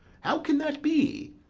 how can that be,